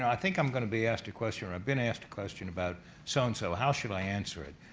i think i'm going to be asked a question or i've been asked a question about so and so, how should i answer it?